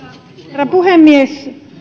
herra puhemies